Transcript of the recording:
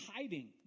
hiding